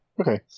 Okay